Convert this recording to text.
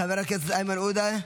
חבר הכנסת איימן עודה,